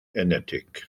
enetig